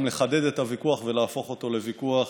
לחדד את הוויכוח ולהפוך אותו לוויכוח